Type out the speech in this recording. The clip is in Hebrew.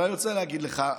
אבל אני רוצה להגיד לך,